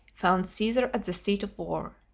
found caesar at the seat of war.